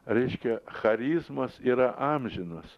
reiškia charizmas yra amžinas